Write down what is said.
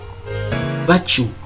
virtue